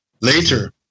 Later